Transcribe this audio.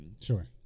Sure